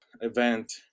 event